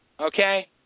Okay